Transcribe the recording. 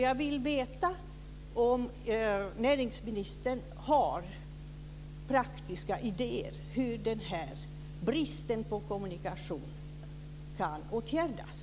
Jag vill veta om näringsministern har praktiska idéer om hur den här bristen på kommunikation kan åtgärdas.